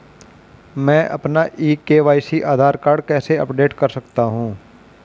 मैं अपना e KYC Aadhaar card कैसे अपडेट कर सकता हूँ?